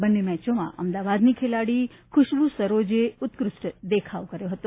બંને મેચોમાં અમદાવાદની ખેલાડી ખુશ્બુ સરોઝ ઉત્કૃષ્ઠ દેખાવ કર્યો હતો